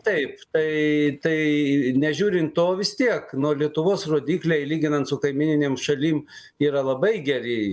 taip tai tai nežiūrint to vis tiek nu lietuvos rodikliai lyginant su kaimyninėm šalim yra labai geri